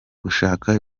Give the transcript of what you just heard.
gushaka